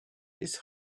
his